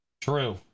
True